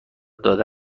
داده